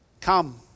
come